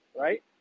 right